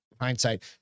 hindsight